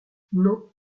noms